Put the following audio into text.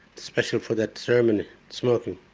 special for that ceremony smoking.